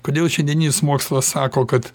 kodėl šiandieninis mokslas sako kad